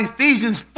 Ephesians